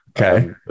Okay